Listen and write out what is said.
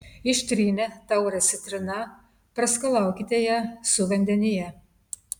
ištrynę taurę citrina praskalaukite ją su vandenyje